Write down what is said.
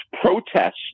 protest